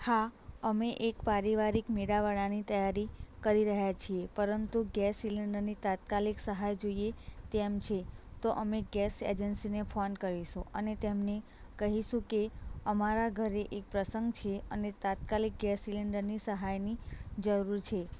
હા અમે એક પારિવારિક મેળાવડાની તૈયારી કરી રહ્યા છીએ પરંતુ ગેસ સિલિન્ડરની તાત્કાલિક સહાય જોઈએ તેમ છે તો અમે ગેસ એજન્સીને ફોન કરીશું અને તેમની કહીશું કે અમારા ઘરે એક પ્રસંગ છે અને તાત્કાલિક ગેસ સિલિન્ડરની સહાયની જરૂર છે